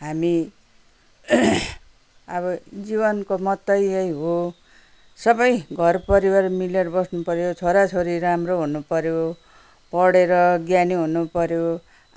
हामी अब जीवनको महत्त्वै यही हो सबै घर परिवार मिलेर बस्नुपर्यो छोरीछोरी राम्रो हुनुपर्यो पढेर ज्ञानी हुनुपर्यो